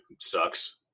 sucks